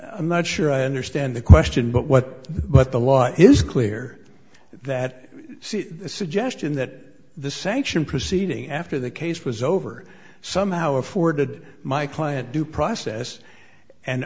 i'm not sure i understand the question but what but the law is clear that the suggestion that the sanction proceeding after the case was over somehow afforded my client due process and